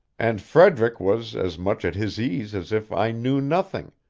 and frederick was as much at his ease as if i knew nothing,